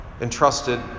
entrusted